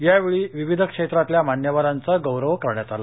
यावेळी विविध क्षेत्रातल्या मान्यवरांचा गौरव करण्यात आला